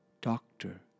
Doctor